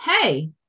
hey